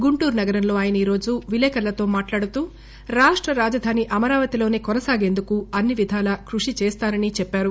గుంటూరు నగరంలో ఆయన ఈరోజు విలేకరులతో మాట్లాడుతూ రాష్ట రాజధాని అమరావతిలోనే కొనసాగేందుకు అన్ని విధాలా కృషి చేస్తానని చెప్పారు